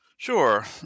Sure